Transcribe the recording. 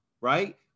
right